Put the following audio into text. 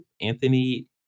Anthony